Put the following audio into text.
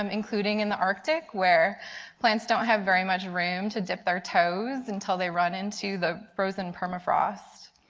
um including in the arctic, where plants don't have very much room to dip their toes until they run into the frozen permafrost.